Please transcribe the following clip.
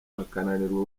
bakananirwa